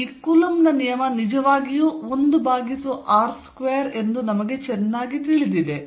ಆದ್ದರಿಂದ ಈ ಕೂಲಂಬ್ ನ ನಿಯಮ ನಿಜವಾಗಿಯೂ 1r2 ಎಂದು ನಮಗೆ ಚೆನ್ನಾಗಿ ತಿಳಿದಿದೆ